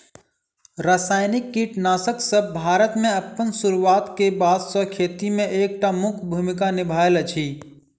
रासायनिक कीटनासकसब भारत मे अप्पन सुरुआत क बाद सँ खेती मे एक टा मुख्य भूमिका निभायल अछि